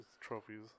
trophies